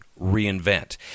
reinvent